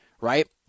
right